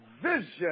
vision